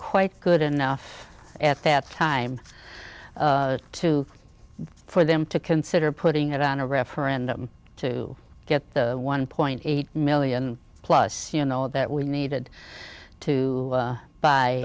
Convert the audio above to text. quite good enough at that time to for them to consider putting it on a referendum to get the one point eight million plus you know that we needed to